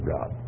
God